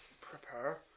prepare